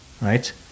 right